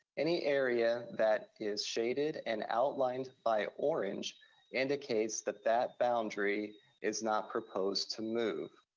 any area that is shaded and outlined by orange indicates that that boundary is not proposed to move.